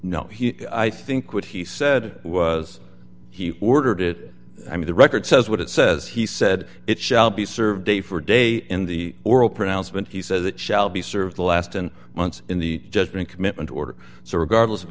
no i think what he said was he ordered it i mean the record says what it says he said it shall be served day for day in the oral pronouncement he says it shall be served the last ten months in the judgment commitment order so regardless of